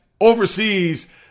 overseas